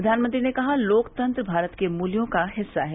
प्रधानमंत्री ने कहा कि लोकतंत्र भारत के मूल्यों का हिस्सा है